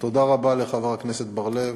תודה רבה לחבר הכנסת בר-לב,